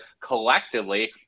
collectively